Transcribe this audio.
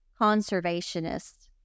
conservationists